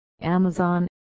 Amazon